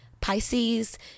Pisces